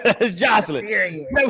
Jocelyn